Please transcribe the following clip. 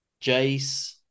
jace